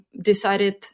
decided